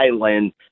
Island